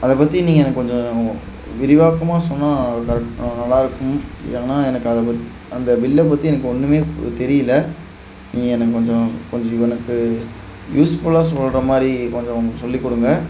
அதைப் பற்றி நீங்கள் எனக்கு கொஞ்சம் விரிவாக்கமாக சொன்னால் கரெக்ட் நல்லா இருக்கும் ஏன்னால் எனக்கு அதை பத் அந்த பில்லை பற்றி எனக்கு ஒன்றுமே தெரியல நீங்கள் எனக்கு கொஞ்சம் கொஞ்சம் எனக்கு யூஸ்ஃபுல்லாக சொல்கிற மாதிரி கொஞ்சம் சொல்லி கொடுங்க